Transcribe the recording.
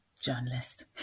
journalist